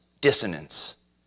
dissonance